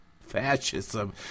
fascism